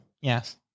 Yes